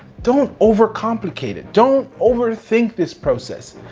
don't overcomplicate it, don't overthink this process,